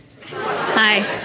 Hi